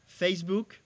Facebook